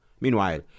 Meanwhile